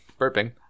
burping